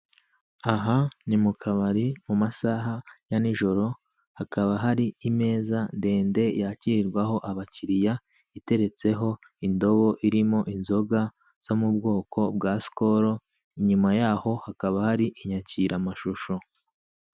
Aha ni mu kabari, mu masaha ya nijoro, hakaba hari imeza ndende yakirirwaho abakiriya, iteretseho indobo irimo inzoga zo mu bwoko bwa Sikoro, inyuma y'aho hakaba hari inyakiramashusho.